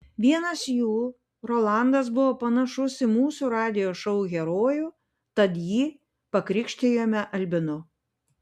vienas jų rolandas buvo panašus į mūsų radijo šou herojų tad jį pakrikštijome albinu